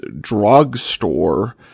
drugstore